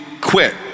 quit